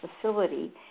facility